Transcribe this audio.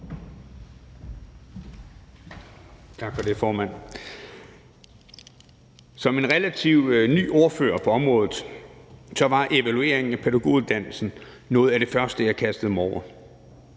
Som relativt ny ordfører på området var evalueringen af pædagoguddannelsen noget af det første, jeg kastede mig over.